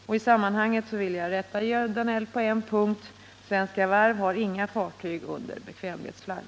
I detta sammanhang vill jag också rätta Georg Danell på en punkt: Svenska Varv har inga fartyg under bekvämlighetsflagg.